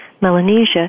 Melanesia